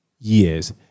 years